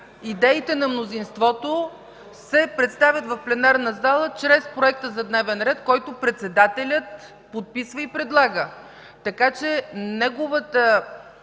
идеите на мнозинството се представят в пленарната зала чрез проекта за дневен ред, който председателят подписва и предлага. Така че неговата